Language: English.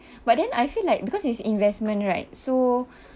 but then I feel like because it's investment right so